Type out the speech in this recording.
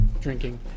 drinking